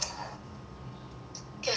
okay finally I found a charging port